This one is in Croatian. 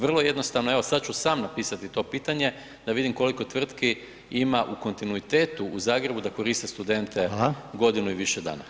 Vrlo jednostavno, evo sad ću sam napisati to pitanje da vidim koliko tvrtki ima u kontinuitetu u Zagrebu da koriste studente godinu [[Upadica: Hvala.]] i više dana.